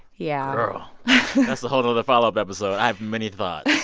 yeah girl that's a whole other follow-up episode. i have many thoughts